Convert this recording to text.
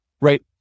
right